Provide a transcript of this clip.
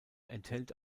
enthält